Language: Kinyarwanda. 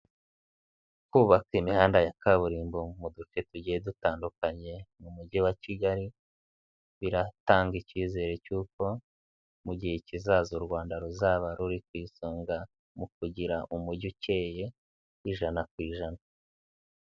Kubaka imihanda ya kaburimbo mu duce tugiye dutandukanye mu mujyi wa Kigali, biratanga icyizere cy'uko mu gihe kizaza u Rwanda ruzaba ruri ku isonga mu kugira umujyi ucyeye ijana ku ijana.